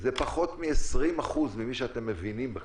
זה פחות מ-20% ממי שאתם מבינים בכלל,